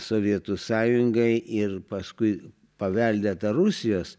sovietų sąjungai ir paskui paveldėtą rusijos